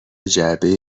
جعبه